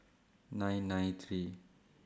nine nine three